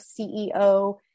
CEO